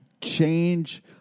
change